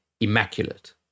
immaculate